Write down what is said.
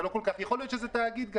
יכול להיות שזה גם תאגיד,